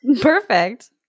perfect